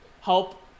help